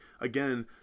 again